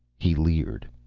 he leered.